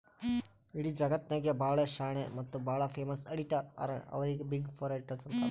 ಇಡೀ ಜಗತ್ನಾಗೆ ಭಾಳ ಶಾಣೆ ಮತ್ತ ಭಾಳ ಫೇಮಸ್ ಅಡಿಟರ್ ಹರಾ ಅವ್ರಿಗ ಬಿಗ್ ಫೋರ್ ಅಡಿಟರ್ಸ್ ಅಂತಾರ್